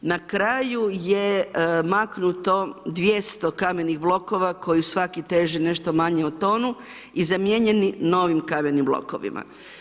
Na kraju je maknuto 200 kamenih blokova koji svaki teže nešto manje od tonu i zamijenjeni novim kamenim blokovima.